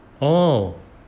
oh